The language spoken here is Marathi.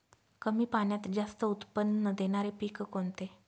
कमी पाण्यात जास्त उत्त्पन्न देणारे पीक कोणते?